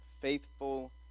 faithful